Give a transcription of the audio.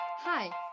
Hi